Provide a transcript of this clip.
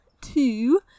two